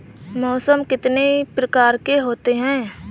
मौसम कितनी प्रकार के होते हैं?